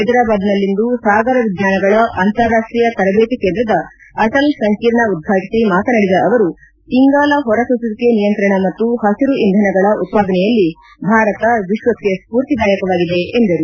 ಹೈದರಾಬಾದ್ನಲ್ಲಿಂದು ಸಾಗರ ವಿಜ್ಞಾನಗಳ ಅಂತಾರಾಷ್ಷೀಯ ತರಬೇತಿ ಕೇಂದ್ರದ ಅಟಲ್ ಸಂಕೀರ್ಣ ಉದ್ವಾಟಿಸಿ ಮಾತನಾಡಿದ ಅವರು ಇಂಗಾಲ ಹೊರಸೂಸುವಿಕೆ ನಿಯಂತ್ರಣ ಮತ್ತು ಹಸಿರು ಇಂಧನಗಳ ಉತ್ಪಾದನೆಯಲ್ಲಿ ಭಾರತ ವಿಶ್ವಕ್ಷೆ ಸ್ಪೂರ್ತಿದಾಯಕವಾಗಿದೆ ಎಂದರು